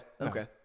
Okay